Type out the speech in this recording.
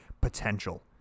potential